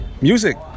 Music